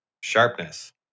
Sharpness